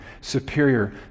superior